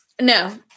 No